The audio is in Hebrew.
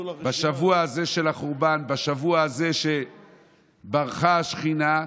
בשבוע הזה של החורבן, בשבוע הזה שברחה השכינה,